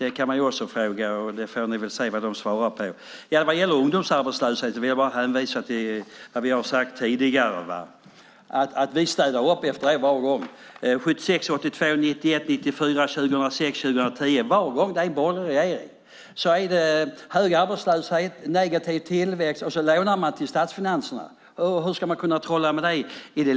Det kan man ju också fråga, och ni får väl se vad de svarar på det. Vad gäller ungdomsarbetslösheten vill jag bara hänvisa till vad vi har sagt tidigare. Vi städar upp efter er varje gång - 1976, 1982, 1991, 1994, 2006, 2010. Varje gång det är en borgerlig regering är det hög arbetslöshet och negativ tillväxt, och så lånar man till statsfinanserna. Hur ska man kunna trolla med det i längden?